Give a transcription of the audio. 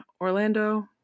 Orlando